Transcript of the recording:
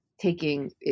taking